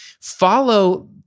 Follow